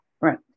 right